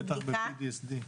בטח ב-PTSD.